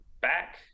back